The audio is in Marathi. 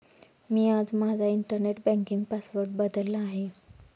मी आज माझा इंटरनेट बँकिंग पासवर्ड बदलला आहे